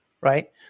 right